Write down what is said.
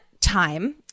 time